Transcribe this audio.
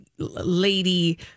lady